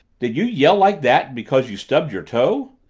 did you yell like that because you stubbed your toe?